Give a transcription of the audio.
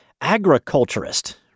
agriculturist